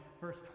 verse